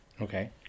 Okay